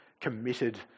committed